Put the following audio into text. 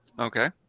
Okay